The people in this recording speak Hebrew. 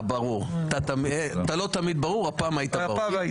אתה לא תמיד ברור, הפעם היית ברור.